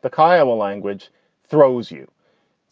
the kiowa language throws you